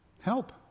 help